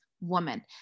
woman